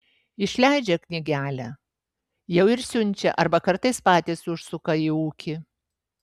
išleidžia knygelę jau ir siunčia arba kartais patys užsuka į ūkį